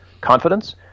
confidence